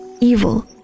evil